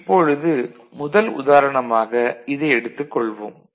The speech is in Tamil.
இப்பொழுது முதல் உதாரணமாக இதை எடுத்துக் கொள்வோம்